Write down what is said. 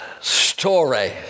story